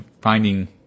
finding